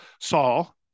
Saul